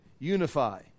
Unify